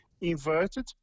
inverted